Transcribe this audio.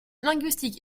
linguistiques